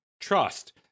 trust